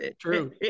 true